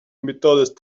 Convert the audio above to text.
méthode